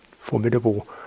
formidable